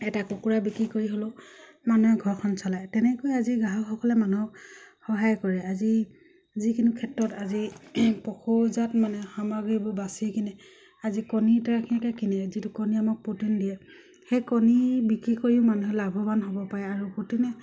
এটা কুকুৰা বিক্ৰী কৰি হ'লেও মানুহে ঘৰখন চলায় তেনেকৈ আজি গ্ৰাহকসকলে মানুহক সহায় কৰে আজি যিকোনো ক্ষেত্ৰত আজি পশুজাত মানে সামগ্ৰীবোৰ বাছি কিনে আজি কণী এনেকে কিনি যিটো কণী আমাক প্ৰ'টিন দিয়ে সেই কণী বিক্ৰী কৰিও মানুহে লাভৱান হ'ব পাৰে আৰু প্ৰটিনে